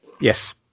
Yes